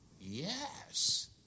Yes